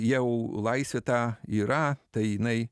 jau laisvė ta yra tai jinai